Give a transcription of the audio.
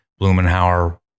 Blumenauer